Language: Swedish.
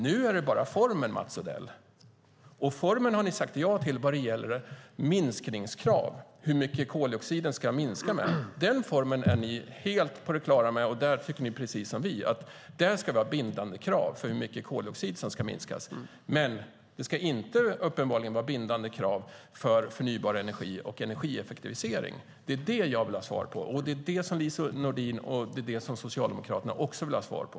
Nu är det bara formen, Mats Odell, och formen har ni sagt ja till vad gäller minskningskravet, hur mycket koldioxiden ska minska med. Den formen är ni helt på det klara med, och där tycker ni precis som vi att vi ska ha bindande krav för hur mycket koldioxiden ska minska. Men det ska uppenbarligen inte vara bindande krav för förnybar energi och energieffektivisering. Det är det jag vill ha svar på, och det är det som Lise Nordin och som Socialdemokraterna också vill ha svar på.